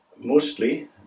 mostly